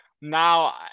Now